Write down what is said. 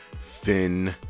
Finn